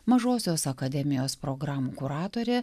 mažosios akademijos programų kuratorė